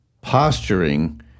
posturing